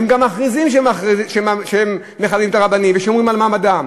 הם גם מכריזים שהם מכבדים את הרבנים ושומרים על מעמדם.